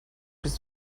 bist